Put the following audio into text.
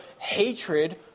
hatred